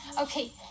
Okay